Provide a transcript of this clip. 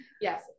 yes